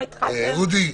אודי,